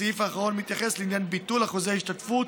הסעיף האחרון מתייחס לעניין ביטול אחוזי ההשתתפות